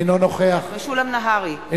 אינו נוכח משולם נהרי,